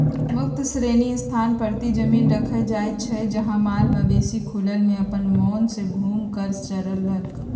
मुक्त श्रेणी स्थान परती जमिन रखल जाइ छइ जहा माल मवेशि खुलल में अप्पन मोन से घुम कऽ चरलक